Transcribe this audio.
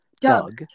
Doug